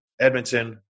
Edmonton